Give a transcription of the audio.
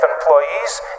employees